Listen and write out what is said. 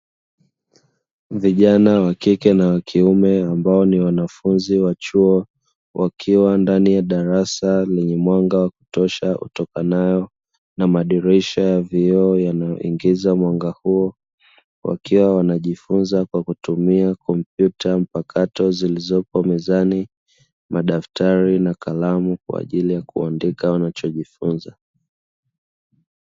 Vijana wakike na wakiume ambao ni wanafunzi wa chuo wakiwa ndani ya darasa lenye mwanga wa kutosha utokanao na madirisha ya vioo yanayoingiza mwanga huo wakiwa wanajifunza kwa kutumia kompyuta mpakato zilizopo mezani, madaftari na kalamu kwa ajili ya kuandika wanachojifunza.